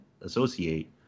associate